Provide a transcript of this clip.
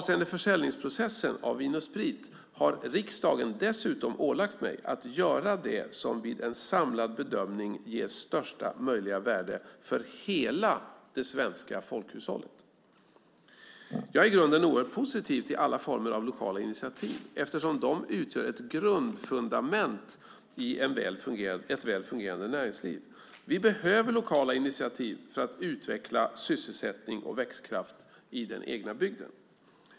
Under försäljningsprocessen när det gäller Vin & Sprit har riksdagen dessutom ålagt mig att göra det som vid en samlad bedömning ger största möjliga värde för hela det svenska folkhushållet. Jag är i grunden oerhört positiv till alla former av lokala initiativ eftersom de utgör ett grundfundament i ett väl fungerande näringsliv. Vi behöver lokala initiativ för att utveckla sysselsättning och växtkraft i den egna bygden.